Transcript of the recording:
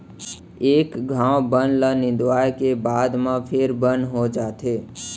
एक घौं बन ल निंदवाए के बाद म फेर बन हो जाथे